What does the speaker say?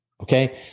Okay